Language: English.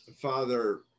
Father